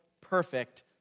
perfect